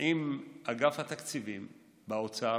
עם אגף התקציבים באוצר,